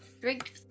drink